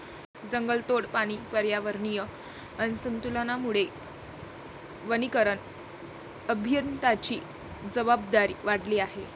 जंगलतोड आणि पर्यावरणीय असंतुलनामुळे वनीकरण अभियंत्यांची जबाबदारी वाढली आहे